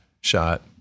shot